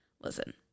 listen